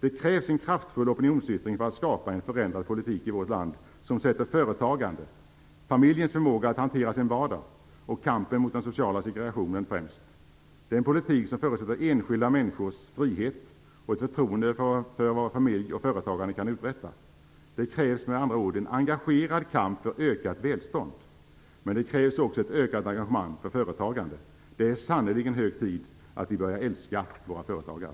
Det krävs en kraftfull opinionsyttring för att skapa en förändrad politik i vårt land som sätter företagande, familjens förmåga att hantera sin vardag och kampen mot den sociala segregationen främst. Det är en politik som förutsätter enskilda människors frihet och ett förtroende för vad familj och företagande kan uträtta. Det krävs med andra ord en engagerad kamp för ökat välstånd. Men det krävs också ett ökat engagemang för företagande. Det är sannerligen hög tid att vi börjar älska våra företagare.